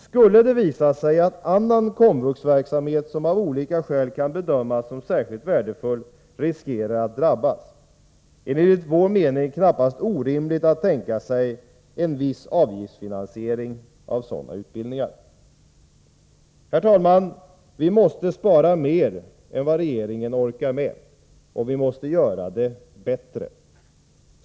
Skulle det visa sig att annan komvux-verksamhet som Anslag till vuxenutav olika skäl kan bedömas som särskilt värdefull riskerar att drabbas, är det bildning enligt vår mening knappast orimligt att tänka sig en viss avgiftsfinansiering av sådana utbildningar. Herr talman! Vi måste spara mer än vad regeringen orkar med, och vi måste göra det bättre.